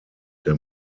der